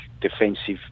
defensive